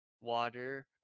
water